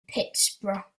pittsburgh